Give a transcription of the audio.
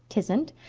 tisn't.